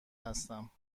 هستم